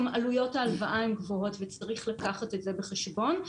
גם עלויות ההלוואה הן גבוהות וצריך לקחת את זה בחשבון,